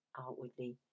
outwardly